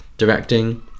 directing